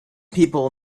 people